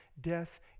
death